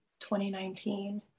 2019